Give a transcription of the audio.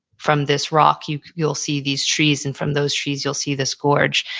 from this rock, you'll you'll see these trees. and from those trees, you'll see this gorge.